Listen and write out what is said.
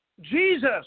Jesus